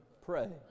pray